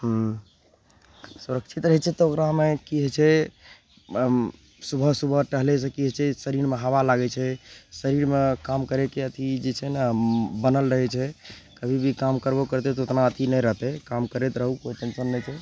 हूँ सुरक्षित रहय छै तऽ ओकरा हमे कि होइ छै सुबह सुबह टहलयसँ कि होइ छै शरीरमे हवा लागय छै शरीरमे काम करयके अथी जे छै ने बनल रहय छै कभी भी काम करबो करतय तऽ ओतना अथी नहि रहतै काम करैत रहु कोइ टेंशन नहि छै